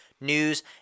news